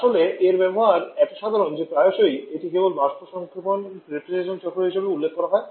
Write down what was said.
আসলে এর ব্যবহার এত সাধারণ যে প্রায়শই এটি কেবল বাষ্প সংক্ষেপণ রেফ্রিজারেশন চক্র হিসাবে উল্লেখ করা হয়